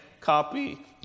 copy